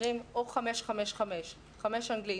שנקראים 5-5-5 - 5 אנגלית,